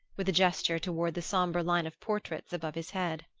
with a gesture toward the sombre line of portraits above his head.